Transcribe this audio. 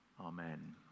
Amen